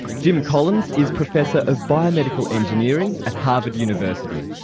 jim collins is professor of biomedical engineering at harvard university.